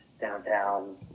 downtown